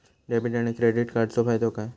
Debit आणि credit कार्डचो फायदो काय?